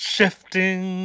Shifting